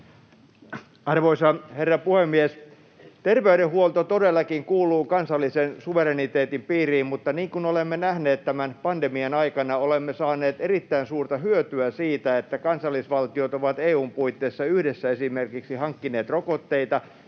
Arvoisa herra puhemies! Terveydenhuolto todellakin kuuluu kansallisen suvereniteetin piiriin, mutta niin kuin olemme nähneet tämän pandemian aikana, olemme saaneet erittäin suurta hyötyä siitä, että kansallisvaltiot ovat EU:n puitteissa yhdessä esimerkiksi hankkineet rokotteita,